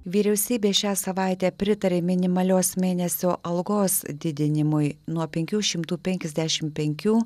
vyriausybė šią savaitę pritarė minimalios mėnesio algos didinimui nuo penkių šimtų penkiasdešim penkių